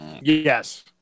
Yes